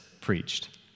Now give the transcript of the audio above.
preached